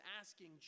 asking